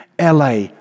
LA